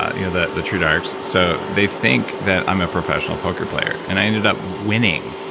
ah you know the the truedarks, so they think that i'm a professional poker player. and i ended up winning.